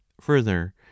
Further